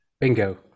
Bingo